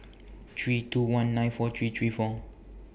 three two one nine four three three four